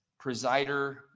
presider